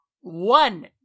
One